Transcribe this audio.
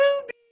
Ruby